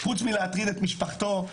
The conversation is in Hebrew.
חוץ מלהטריד את משפחתו,